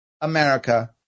America